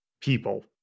people